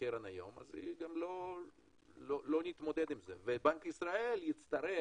הקרן היום אז לא נתמודד עם זה ובנק ישראל יצטרך,